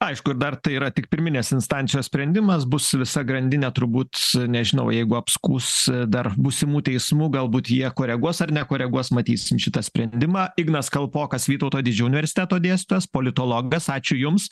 aišku dar tai yra tik pirminės instancijos sprendimas bus visa grandinė turbūt nežinau jeigu apskųs dar būsimų teismų galbūt jie koreguos ar nekoreguos matysim šitą sprendimą ignas kalpokas vytauto didžio universiteto dėstytojas politologas ačiū jums